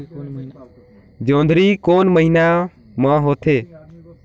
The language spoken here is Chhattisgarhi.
जोंदरी कोन महीना म होथे?